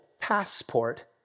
passport